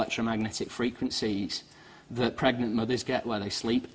lectromagnetic frequencies that pregnant mothers get when they sleep